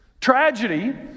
tragedy